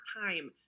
time